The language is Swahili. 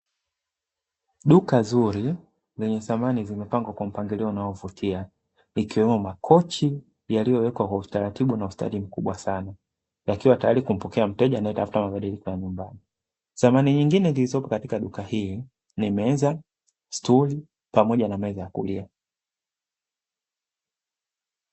Duka zuri lenye samani zimepangwa kwa mpangilio unaovutiwa ikiwemo kochi yaliyowekwa kwa utaratibu na ustadi mkubwa sana yakiwa tayari kumpokea mteja anayetafuta mabadiliko ya nyumbani, Samani nyingine zilizopo katika duka hili ni meza, stuli pamoja na meza ya kulia.